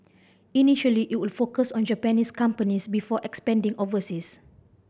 initially it would focus on Japanese companies before expanding overseas